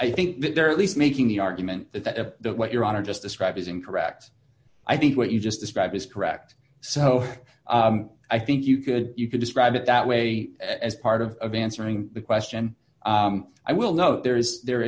i think they're at least making the argument that a what your honor just described is incorrect i think what you just described is correct so i think you could you could describe it that way as part of the answering the question i will note there is there